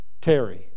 Terry